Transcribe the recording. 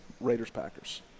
Raiders-Packers